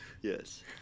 Yes